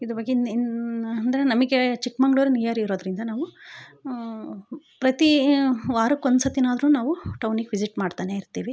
ಇದ್ರ ಬಗ್ಗೆ ಇನ್ನು ಇನ್ನು ಅಂದರೆ ನಮಗೆ ಚಿಕ್ಕ ಮಂಗ್ಳೂರು ನಿಯರ್ ಇರೋದ್ರಿಂದ ನಾವು ಪ್ರತೀ ವಾರಕ್ಕೆ ಒಂದು ಸತಿನಾದರು ನಾವು ಟೌನಿಗೆ ವಿಸಿಟ್ ಮಾಡ್ತಾನೇ ಇರ್ತೀವಿ